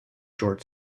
short